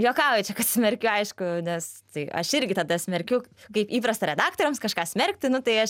juokauju čia kad smerkiu aišku nes tai aš irgi tada smerkiu kaip įprasta redaktoriams kažką smerkti nu tai aš